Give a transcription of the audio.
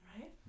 right